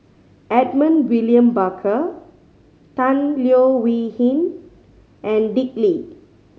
Edmund William Barker Tan Leo Wee Hin and Dick Lee